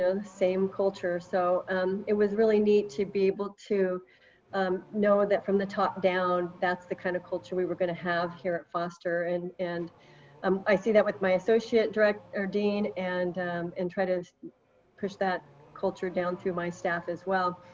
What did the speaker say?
same culture. so um it was really neat to be able to know that from the top down, that's the kind of culture we were gonna have here at foster. and and um i see that with my associate director or dean and and try to push that culture down through my staff, as well.